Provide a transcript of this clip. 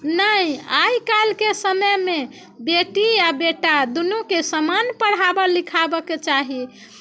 नहि आइकाल्हिके समयमे बेटी आ बेटा दुनूके समान पढ़ाबय लिखाबयके चाही